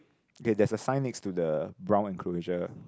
okay there's a sign next to the brown enclosure